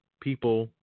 People